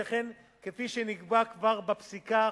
שכן כפי שנקבע כבר בפסיקה,